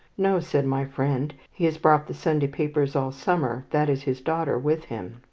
no, said my friend. he has brought the sunday papers all summer. that is his daughter with him.